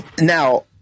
Now